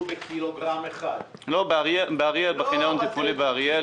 אם יש אוטובוסים באיזה חניון שאנחנו לא מכירים נפעיל אותם.